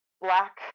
black